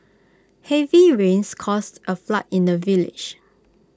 heavy rains caused A flood in the village